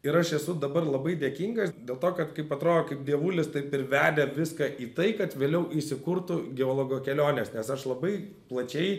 ir aš esu dabar labai dėkingas dėl to kad kaip atro kaip dievulis taip ir vedė viską į tai kad vėliau įsikurtų geologo keliones nes aš labai plačiai